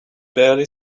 barely